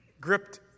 gripped